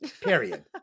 Period